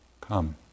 come